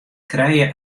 krije